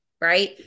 right